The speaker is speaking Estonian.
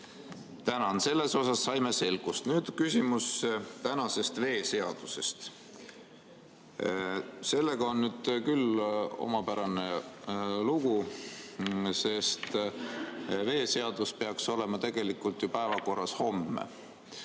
Tänan! Selles osas saime selgust. Küsimus tänase veeseaduse kohta. Sellega on nüüd küll omapärane lugu, sest veeseadus peaks olema tegelikult ju päevakorras homme.